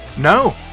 No